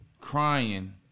crying